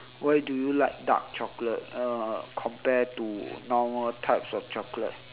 why do you like dark chocolate uh compare to normal types of chocolate